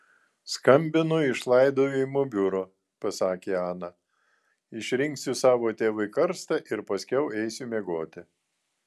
skambinu iš laidojimo biuro pasakė ana išrinksiu savo tėvui karstą ir paskiau eisiu miegoti